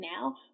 now